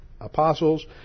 apostles